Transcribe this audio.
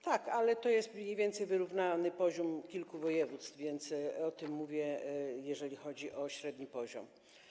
Tak, ale to jest mniej więcej wyrównany poziom kilku województw, więc o tym mówię, jeżeli chodzi o średni poziom.